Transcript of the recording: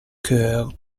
cœurs